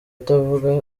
atavuga